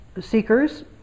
seekers